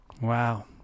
Wow